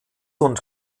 und